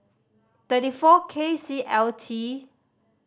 thirty four K C L T